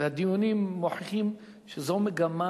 והדיונים מוכיחים שזו מגמה,